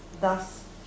Thus